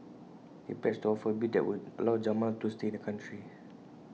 he pledged to offer A bill that would allow Jamal to stay in the country